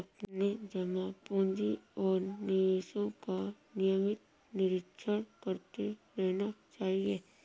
अपने जमा पूँजी और निवेशों का नियमित निरीक्षण करते रहना चाहिए